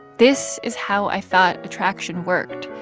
this is how i thought attraction worked,